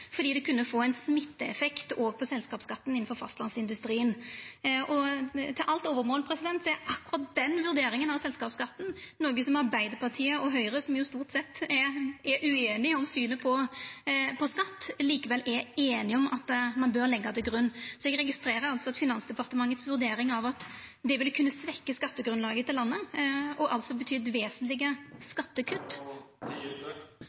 fordi det kunna få ein smitteeffekt over på selskapsskatten innafor fastlandsindustrien. Til alt overmål er akkurat den vurderinga av selskapsskatten noko som Arbeidarpartiet og Høgre, som stort sett er ueinige i synet på skatt, likevel er einige om at ein bør leggja til grunn. Eg registrerer at Finansdepartementets vurdering av at det ville kunna svekkja skattegrunnlaget til landet og altså betydd vesentlege